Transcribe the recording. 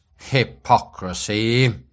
hypocrisy